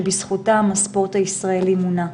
שבזכותם הספורט הישראלי מונע.